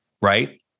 right